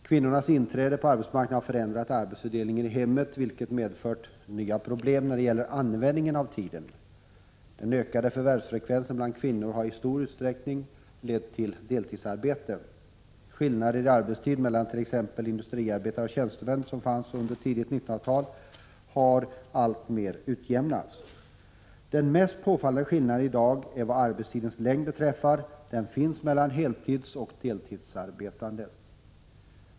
Kvinnornas inträde på arbetsmarknaden har förändrat arbetsfördelningen i hemmet, vilket medfört nya problem när det gäller användningen av tiden. Den ökade förvärvsfrekvensen bland kvinnor har i stor utsträckning lett till deltidsarbete. De skillnader i arbetstid mellan t.ex. industriarbetare och tjänstemän som fanns under det tidiga 1900-talet har alltmer utjämnats. Den mest påfallande skillnaden i dag vad arbetstidens längd beträffar finns mellan heltidsoch deltidsarbetare.